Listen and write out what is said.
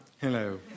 Hello